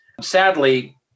Sadly